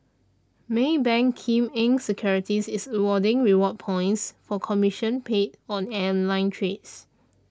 Maybank Kim Eng Securities is awarding reward points for commission paid on online trades